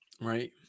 Right